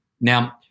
Now